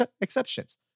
exceptions